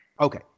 Okay